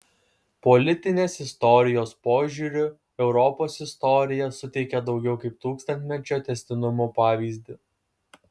politinės istorijos požiūriu europos istorija suteikia daugiau kaip tūkstantmečio tęstinumo pavyzdį